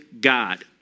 God